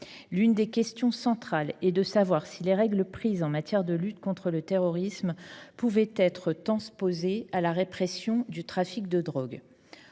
L'une des questions centrales est de savoir si les règles prises en matière de lutte contre le terrorisme pouvaient être transpose à la répression du trafic de drogue.